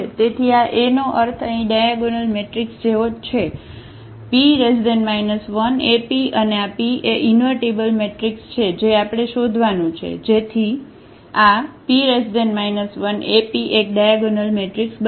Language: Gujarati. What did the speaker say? તેથી આ A નો અર્થ અહીં ડાયાગોનલમેટ્રિક્સ જેવો જ છેP 1APઅને આ p એ ઇન્વર્ટિબલ મેટ્રિક્સ છે જે આપણે શોધવાનું છે જેથી આP 1AP એક ડાયાગોનલ મેટ્રિક્સ બની જાય